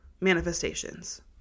manifestations